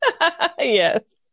yes